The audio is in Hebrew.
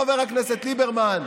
חבר הכנסת ליברמן.